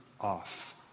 off